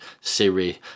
siri